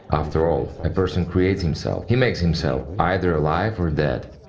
after all, a person creates himself he makes himself either alive or dead.